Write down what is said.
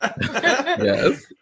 Yes